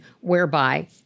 whereby